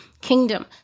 kingdom